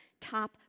top